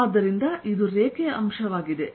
ಆದ್ದರಿಂದ ಇದು ರೇಖೆಯ ಅಂಶವಾಗಿದೆ